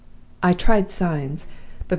i tried signs,